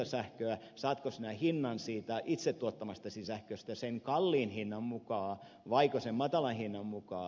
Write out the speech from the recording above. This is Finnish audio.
saatko sinä hinnan siitä itse tuottamastasi sähköstä sen kalliin hinnan mukaan vaiko sen matalan hinnan mukaan